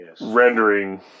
rendering